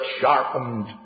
sharpened